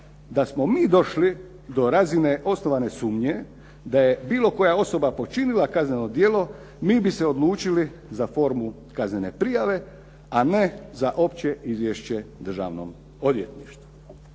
da smo mi došli do razine osnovane sumnje da je bilo koja osoba počinila kazneno djelo, mi bi se odlučili za formu kaznene prijave, a ne za opće izvješće Državnom odvjetništvu."